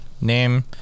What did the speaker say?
name